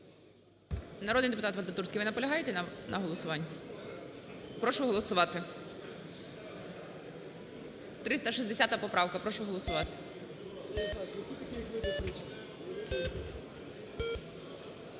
Народний депутат Вадатурський, ви наполягаєте на голосуванні? Прошу голосувати. 360 поправка, прошу голосувати.